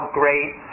great